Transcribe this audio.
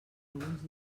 alguns